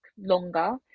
longer